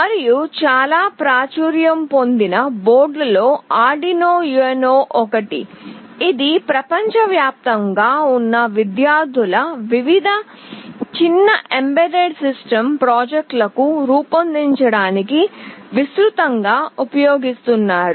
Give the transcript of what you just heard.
మరియు చాలా ప్రాచుర్యం పొందిన బోర్డులలో Arduino UNO ఒకటి ఇది ప్రపంచవ్యాప్తంగా ఉన్న విద్యార్థులు వివిధ చిన్న ఎంబెడెడ్ సిస్టమ్ ప్రాజెక్టులను రూపొందించడానికి విస్తృతంగా ఉపయోగిస్తున్నారు